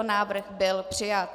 Návrh byl přijat.